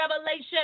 revelation